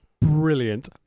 brilliant